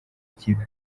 kibi